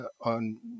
on